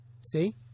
See